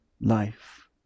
life